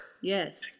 Yes